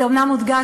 זה אומנם מודגש,